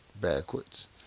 backwards